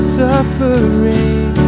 suffering